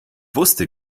wusste